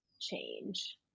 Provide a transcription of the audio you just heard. change